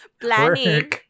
Planning